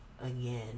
Again